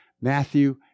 Matthew